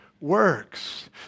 works